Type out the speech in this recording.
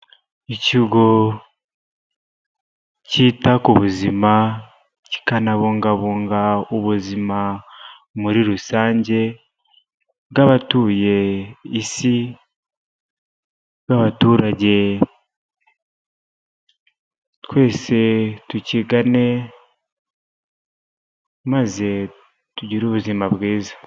Ikigo cyita ku buzima kikanabungabunga ubuzima muri rusange bw'abatuye Isi n'abaturage twese tukigane maze tugire ubuzima bwiza.